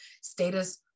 status